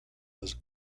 was